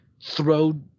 throw